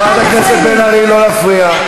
חברת הכנסת בן ארי, לא להפריע.